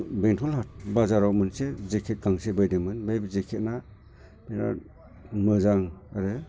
बेंथल बाजाराव मोनसे जेकेट गांसे बायदोंमोन ओमफ्राय बे जेकेटआ बिराद मोजां आरो